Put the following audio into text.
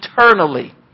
eternally